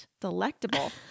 delectable